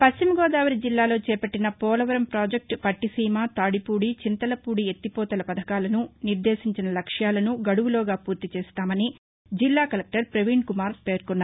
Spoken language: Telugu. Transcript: పశ్చిమగోదావరి జిల్లాలో చేపట్టిన పోలవరం పాజక్టు పట్టిసీమ తాడిపూడి చింతలపూడి ఎత్తిపోతల పధకాలను నిర్లేశించిన లక్ష్యాలను గడువులోగా పూర్తిచేస్తామని జిల్లా కలెక్టర్ ప్రవీణ్ కుమార్ పేర్కొన్నారు